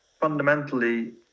fundamentally